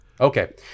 Okay